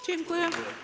Dziękuję.